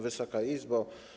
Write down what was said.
Wysoka Izbo!